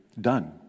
done